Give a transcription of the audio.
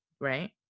right